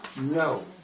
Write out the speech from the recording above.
No